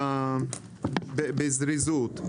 בזריזות.